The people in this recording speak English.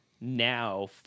now